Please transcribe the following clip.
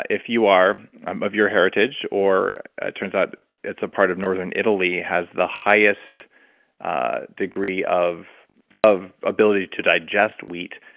if you are, of your heritage, or it turns out it's a part of northern italy has the highest ah degree of of ability to digest wheat.